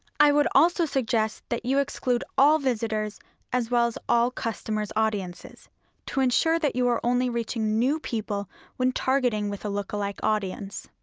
i would also suggest that you exclude all visitors as well as all customers audiences to ensure that you are only reaching new people when targeting with a lookalike audience.